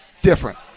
different